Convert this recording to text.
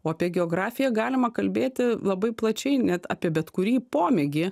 o apie geografiją galima kalbėti labai plačiai net apie bet kurį pomėgį